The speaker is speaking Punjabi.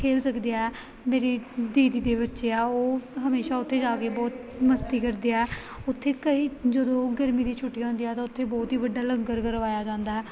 ਖੇਲ ਸਕਦੇ ਐ ਮੇਰੀ ਦੀਦੀ ਦੇ ਬੱਚੇ ਆ ਉਹ ਹਮੇਸ਼ਾ ਉੱਥੇ ਜਾ ਕੇ ਬਹੁਤ ਮਸਤੀ ਕਰਦੇ ਆ ਉੱਥੇ ਕਈ ਜਦੋਂ ਗਰਮੀ ਦੀ ਛੁੱਟੀਆਂ ਹੁੰਦੀਆਂ ਤਾਂ ਉੱਥੇ ਬਹੁਤ ਹੀ ਵੱਡਾ ਲੰਗਰ ਕਰਵਾਇਆ ਜਾਂਦਾ ਹੈ